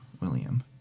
William